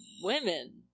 women